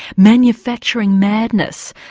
manufacturing madness,